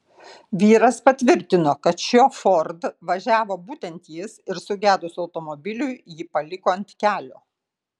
vyras patvirtino kad šiuo ford važiavo būtent jis ir sugedus automobiliui jį paliko ant kelio